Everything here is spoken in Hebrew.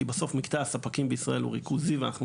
כי בסוף מקטע הספקים בישראל הוא ריכוזי ואנחנו